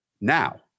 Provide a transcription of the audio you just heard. Now